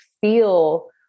feel